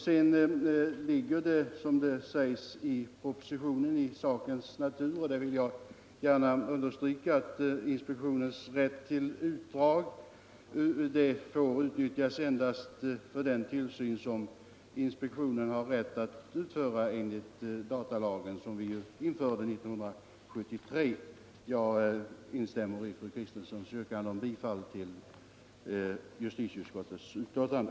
Som sägs i propositionen ligger det i sakens natur — det vill jag understryka — att inspektionens rätt till utdrag endast får utnyttjas i samband med den tillsyn inspektionen utövar enligt datalagen av år 1973. Jag instämmer i fru Kristenssons yrkande om bifall till justitieutskottets betänkande.